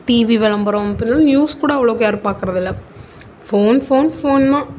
TV விளம்பரம் இப்போ வந்து நியூஸ் கூட அவ்வளோக்கு யாரும் பார்க்குறது இல்லை ஃபோன் ஃபோன் ஃபோன் தான்